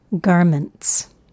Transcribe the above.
Garments